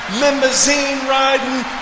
limousine-riding